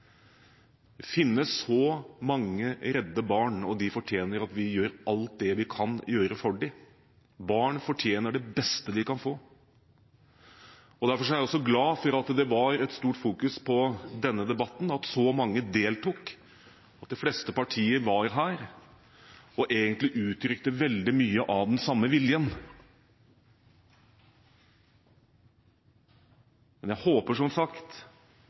finnes så mange redde barn, og de fortjener at vi gjør alt vi kan gjøre for dem. Barn fortjener det beste de kan få. Derfor er jeg glad for at så mange deltok i denne debatten – at de fleste var her og uttrykte mye av den samme viljen. Jeg håper som sagt